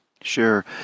Sure